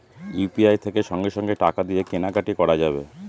UPI থেকে সঙ্গে সঙ্গে টাকা দিয়ে কেনা কাটি করা যাবে